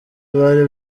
bari